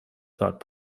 thought